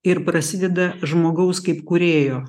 ir prasideda žmogaus kaip kūrėjo